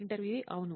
ఇంటర్వ్యూఈ అవును